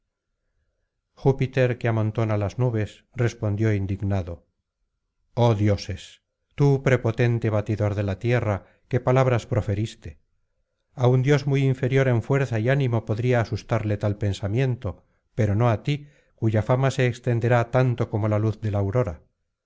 júpiter que amontona las nubes respondió indignado oh dioses tú prepotente batidor de la tierra qué palabras proferiste a un dios muy inferior en fuerza y ánimo podría asustarle tal pensamiento pero no á ti cuya fama se extenderá tanto como la luz de la aurora